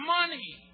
money